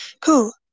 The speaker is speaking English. Cool